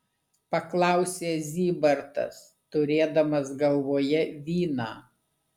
paklausė zybartas turėdamas galvoje vyną